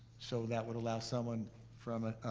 so that would allow someone from,